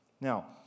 Now